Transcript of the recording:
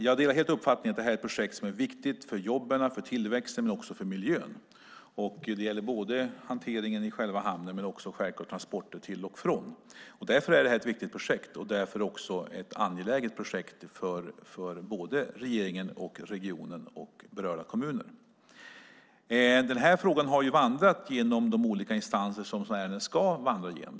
Jag delar helt uppfattningen att det är ett projekt som är viktigt för jobben och tillväxten men också för miljön. Det gäller både hanteringen i själva hamnen och självklart även transporterna till och från hamnen. Därför är det ett viktigt projekt och angeläget också för regeringen, regionen och de berörda kommunerna. Den här frågan har vandrat genom de olika instanser som sådana ärenden ska vandra genom.